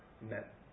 met